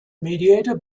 mediator